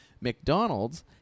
McDonald's